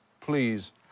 please